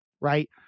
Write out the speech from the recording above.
right